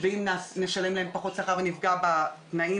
האם האוכל